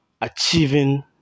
achieving